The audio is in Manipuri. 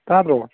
ꯇꯥꯗ꯭ꯔꯣ